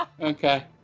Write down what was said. Okay